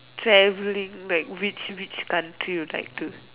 traveling like which which country you'd like to